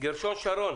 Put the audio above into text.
גרשון שרון,